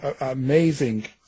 Amazing